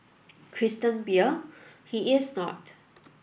Christian Beer he is not